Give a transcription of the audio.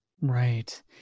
Right